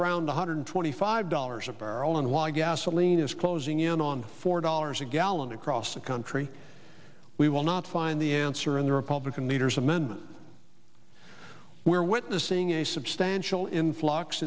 around one hundred twenty five dollars a barrel and why gasoline is closing in on four dollars a gallon across the country we will not find the answer in the republican leader's amendment we're witnessing a substantial influx